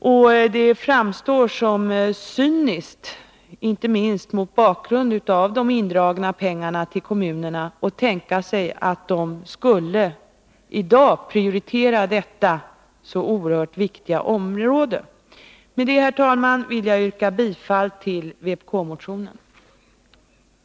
Och det framstår som cyniskt, inte minst mot bakgrund av de indragna pengarna till kommunerna, att tänka sig att de i dag skulle prioritera detta så oerhört viktiga område. Med detta, herr talman, vill jag yrka bifall till vpk-motionen 2466.